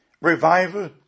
revival